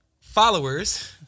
followers